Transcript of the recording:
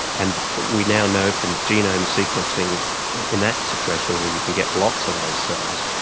and we now know from genome sequencing in that situation where you can get lots of those cells,